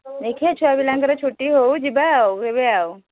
ଦେଖିବା ଛୁଆ ପିଲାଙ୍କର ଛୁଟି ହେଉ ଯିବା ଆଉ କେବେ ଆଉ